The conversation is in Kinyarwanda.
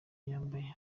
yambaye